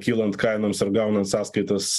kylant kainoms ir ar gaunan sąskaitas